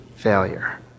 Failure